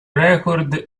record